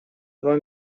два